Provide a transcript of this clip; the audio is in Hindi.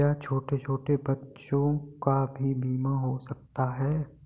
क्या छोटे छोटे बच्चों का भी बीमा हो सकता है?